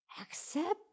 Accept